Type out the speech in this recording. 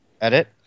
edit